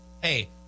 hey